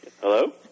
hello